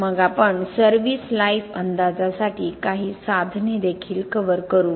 मग आपण service life अंदाजासाठी काही साधने देखील कव्हर करू